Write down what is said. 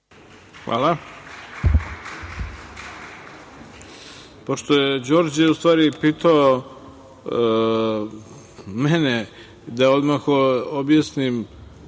Hvala.